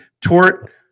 tort